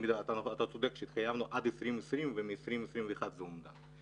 אתה צודק שהתחייבנו עד 2020 ומ-2021 זה אומדן.